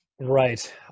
Right